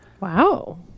Wow